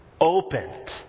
opened